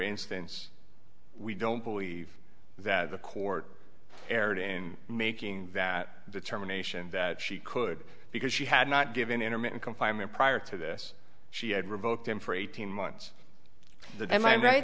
instance we don't believe that the court erred in making that determination that she could because she had not given intermittent confinement prior to this she had revoked him for eighteen months